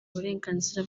uburenganzira